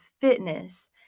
fitness